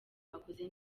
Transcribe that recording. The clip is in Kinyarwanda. bakoze